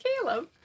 Caleb